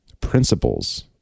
principles